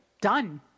done